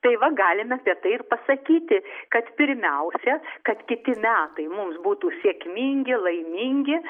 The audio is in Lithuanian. tai va galim apie tai ir pasakyti kad pirmiausia kad kiti metai mums būtų sėkmingi laimingi